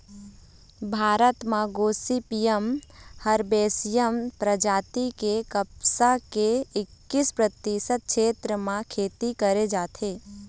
भारत म गोसिपीयम हरबैसियम परजाति के कपसा के एक्कीस परतिसत छेत्र म खेती करे जाथे